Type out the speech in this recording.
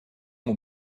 mon